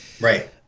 Right